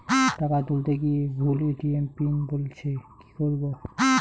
টাকা তুলতে গিয়ে ভুল এ.টি.এম পিন বলছে কি করবো?